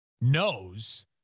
knows